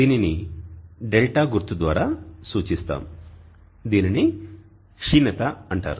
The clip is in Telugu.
దీనిని δ గుర్తు ద్వారా సూచిస్తాము దీనిని "క్షీణత" అంటారు